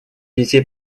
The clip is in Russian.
детей